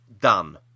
done